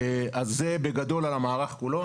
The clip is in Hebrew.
זה בגדול על המערך כולו.